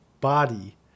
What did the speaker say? body